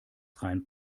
rein